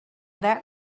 that